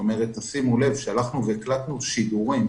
שימו לב שהקלטנו שידורים,